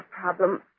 problem